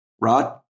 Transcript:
Rod